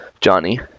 johnny